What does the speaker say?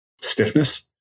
stiffness